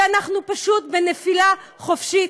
ואנחנו פשוט בנפילה חופשית,